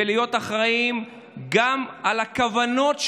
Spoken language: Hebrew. ולשנות אותה ולהיות אחראים גם לכוונות שלנו,